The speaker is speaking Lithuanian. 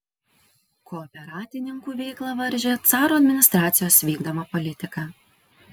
kooperatininkų veiklą varžė caro administracijos vykdoma politika